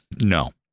No